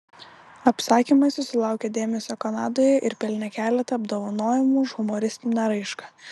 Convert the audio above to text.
apsakymai susilaukė dėmesio kanadoje ir pelnė keletą apdovanojimų už humoristinę raišką